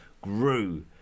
grew